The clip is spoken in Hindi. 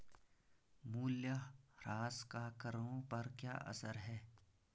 मूल्यह्रास का करों पर क्या असर है?